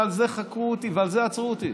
ועל זה חקרו אותי ועל זה עצרו אותי.